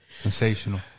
Sensational